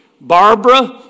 Barbara